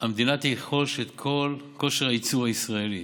המדינה תרכוש את כל כושר הייצור הישראלי.